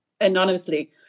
anonymously